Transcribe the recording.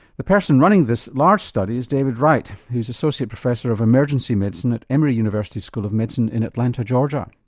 the person running this large study is david wright who's associate professor of emergency medicine at emory university school of medicine in atlanta georgia.